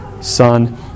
Son